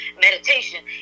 meditation